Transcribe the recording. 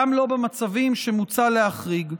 גם לא במצבים שמוצע להחריג.